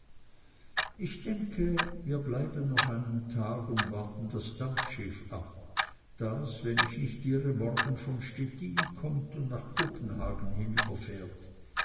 ich denke wir bleiben noch einen tag und warten das dampfschiff ab das wenn ich nicht irre morgen von stettin kommt und nach kopenhagen hinüberfährt